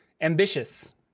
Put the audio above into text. ambitious